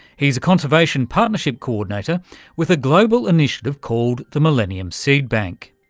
he's a conservation partnership coordinator with a global initiative called the millennium seed bank.